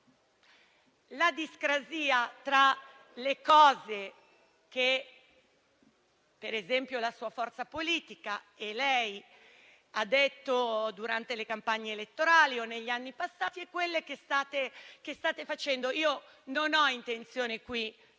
alla discrasia tra le cose che per esempio la sua forza politica e lei avete detto durante le campagne elettorali o negli anni passati e quelle che state facendo. Non ho intenzione di